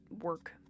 work